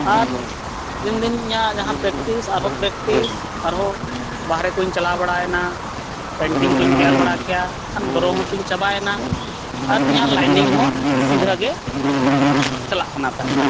ᱟᱨ ᱫᱤᱱ ᱫᱤᱱ ᱤᱧᱟᱹᱜ ᱡᱟᱦᱟᱸ ᱯᱨᱮᱠᱴᱤᱥ ᱟᱨᱦᱚᱸ ᱯᱨᱮᱠᱴᱤᱥ ᱟᱨᱦᱚᱸ ᱵᱟᱦᱨᱮ ᱠᱚᱧ ᱪᱟᱞᱟᱣ ᱵᱟᱲᱟᱭᱮᱱᱟ ᱯᱮᱱᱴᱤᱝ ᱠᱚᱧ ᱛᱮᱭᱟᱨ ᱵᱟᱲᱟ ᱠᱮᱭᱟ ᱠᱷᱟᱱ ᱵᱚᱨᱚ ᱦᱚᱸ ᱛᱤᱧ ᱪᱟᱵᱟᱭᱮᱱᱟ ᱟᱨ ᱤᱧᱟᱹᱜ ᱞᱟᱭᱱᱤᱝ ᱦᱚᱸ ᱥᱤᱫᱷᱟᱹᱜᱮ ᱪᱟᱞᱟᱜ ᱠᱟᱱᱟ ᱛᱟᱦᱮᱱ